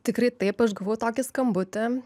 tikrai taip aš gavau tokį skambutį